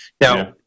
now